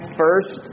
first